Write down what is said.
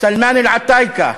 סלמאן אלעתאיקה,